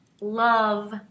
love